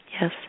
Yes